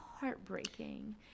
heartbreaking